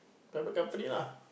private company lah